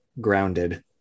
grounded